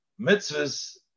mitzvahs